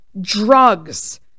drugs